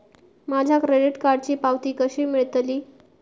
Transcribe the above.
माझ्या क्रेडीट कार्डची पावती कशी मिळतली?